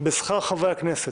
בשכר חברי הכנסת.